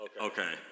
Okay